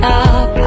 up